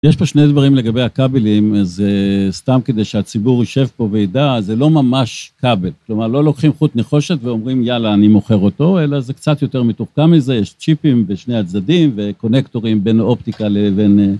יש פה שני דברים לגבי הכבלים, זה סתם כדי שהציבור יושב פה וידע, זה לא ממש כבל. כלומר לא לוקחים חוט נחושת ואומרים יאללה אני מוכר אותו. אלא זה קצת יותר מתוחכם מזה, יש צ'יפים בשני הצדדים וקונקטורים בין אופטיקה לבין...